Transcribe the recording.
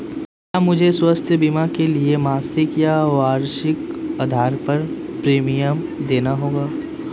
क्या मुझे स्वास्थ्य बीमा के लिए मासिक या वार्षिक आधार पर प्रीमियम देना होगा?